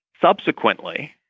Subsequently